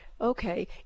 okay